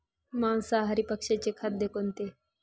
मांसाहारी पक्ष्याचे खाद्य कोणते?